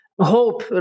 hope